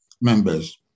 members